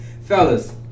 Fellas